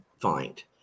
find